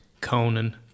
Conan